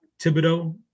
Thibodeau